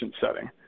setting